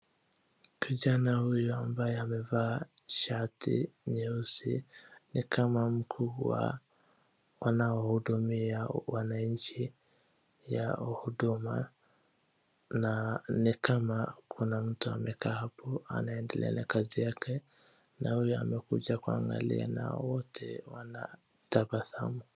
Kijana huyu ambaye amevaa shati nyeusi ni kama mkuu wa wanaohudumia wananchi ya huduma na ni kama kuna mtu amekaa hapo anaendelea na kazi yake na huyu amekuja kuangalia na wote wanatabasamu.